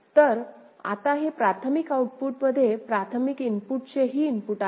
तर आता हे प्राथमिक आऊटपुट मध्ये प्राथमिक इनपुटचे ही इनपुट आहे